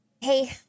Hey